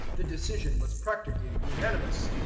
the decision was practically unanimous.